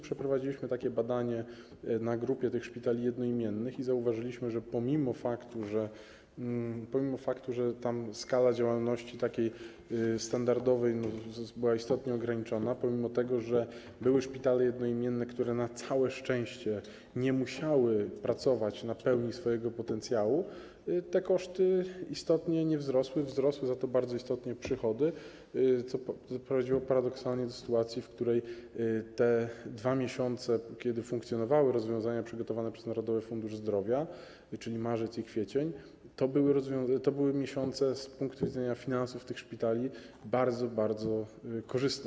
Przeprowadziliśmy zresztą takie badanie na grupie szpitali jednoimiennych i zauważyliśmy, że pomimo faktu, że skala działalności standardowej była tam istotnie ograniczona, pomimo tego, że były szpitale jednoimienne, które na całe szczęście nie musiały pracować w pełni swojego potencjału, te koszty istotnie nie wzrosły, wzrosły za to bardzo istotnie przychody, co paradoksalnie prowadziło do sytuacji, w której te 2 miesiące, kiedy funkcjonowały rozwiązania przygotowane przez Narodowy Fundusz Zdrowia, czyli marzec i kwiecień, to były miesiące z punktu widzenia finansów tych szpitali bardzo, bardzo korzystne.